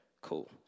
cool